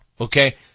Okay